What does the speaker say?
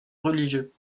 religieux